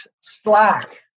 Slack